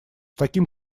таким